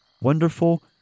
wonderful